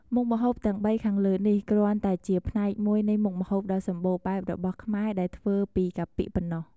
មុខម្ហូបទាំងបីខាងលើនេះ គ្រាន់តែជាផ្នែកមួយនៃមុខម្ហូបដ៏សម្បូរបែបរបស់ខ្មែរដែលធ្វើពីកាពិប៉ុណ្ណោះ។